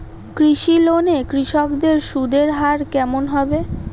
কৃষি লোন এ কৃষকদের সুদের হার কেমন হবে?